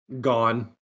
gone